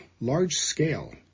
large-scale